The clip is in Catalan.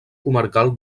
comarcal